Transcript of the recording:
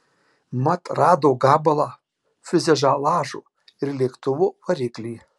mat rado gabalą fiuzeliažo ir lėktuvo variklį